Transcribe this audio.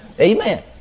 Amen